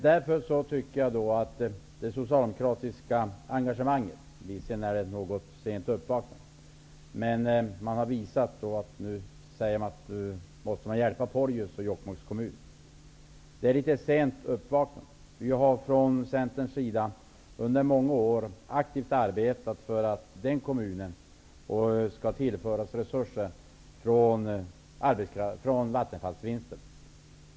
Socialdemokraterna har nu visat ett engagemang och säger att man måste göra något för att hjälpa Porjus och Jokkmokks kommun. Det är dock ett litet sent uppvaknande. Vi har från Centerns sida under många år aktivt arbetat för att den kommunen skall tillföras resurser från Vattenfalls vinster.